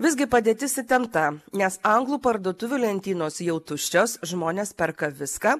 visgi padėtis įtempta nes anglų parduotuvių lentynos jau tuščios žmonės perka viską